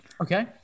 Okay